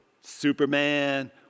Superman